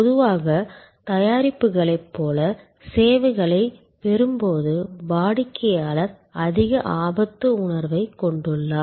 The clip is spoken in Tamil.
பொதுவாக தயாரிப்புகளைப் போல சேவைகளைப் பெறும்போது வாடிக்கையாளர் அதிக ஆபத்து உணர்வைக் கொண்டுள்ளார்